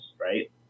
right